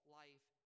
life